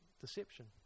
deception